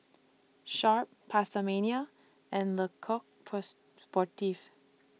Sharp PastaMania and Le Coq Sportif